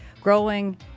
growing